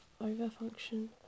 over-function